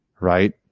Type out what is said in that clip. right